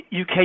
UK